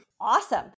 Awesome